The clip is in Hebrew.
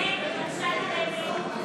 בבקשה לרדת.